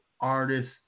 artist